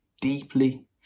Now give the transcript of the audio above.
deeply